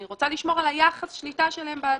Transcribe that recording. אני רוצה לשמור על היחס שליטה שלהן בדירקטוריון.